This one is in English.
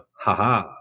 haha